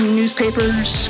newspapers